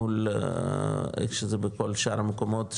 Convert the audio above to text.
מול איך שזה פועל בשאר המקומות,